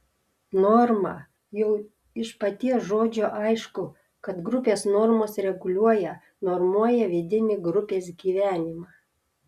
norma jau iš paties žodžio aišku kad grupės normos reguliuoja normuoja vidinį grupės gyvenimą